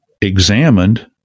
examined